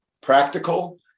practical